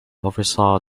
oversaw